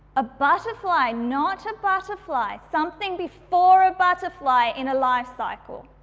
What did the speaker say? a butterfly, not a butterfly, something before a butterfly in a life cycle.